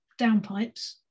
downpipes